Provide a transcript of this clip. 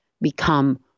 become